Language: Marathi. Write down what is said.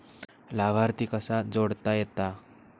लाभार्थी कसा जोडता येता?